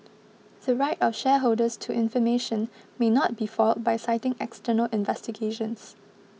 the right of shareholders to information may not be foiled by citing external investigations